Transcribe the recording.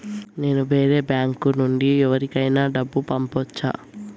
నేను వేరే బ్యాంకు నుండి ఎవరికైనా డబ్బు పంపొచ్చా?